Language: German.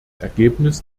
ergebnis